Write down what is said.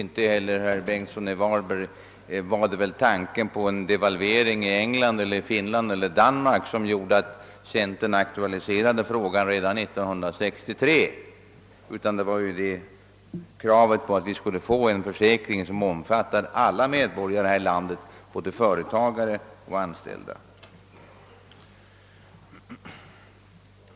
Inte heller, herr Bengtsson i Varberg, var det väl tanken på en devalvering i England eller Finland eller Danmark som gjorde att centern aktualiserade frågan redan 1963, utan det var ju kravet på att vi skulle få en försäkring omfattande alla medborgare här i landet, både företagare och anställda.